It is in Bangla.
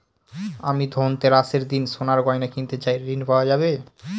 আমি ধনতেরাসের দিন সোনার গয়না কিনতে চাই ঝণ পাওয়া যাবে?